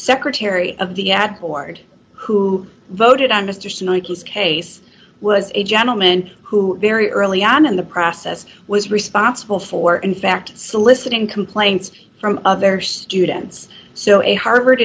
secretary of the ad board who voted on mr snow his case was a gentleman who very early on in the process was responsible for in fact soliciting complaints from other students so a harvard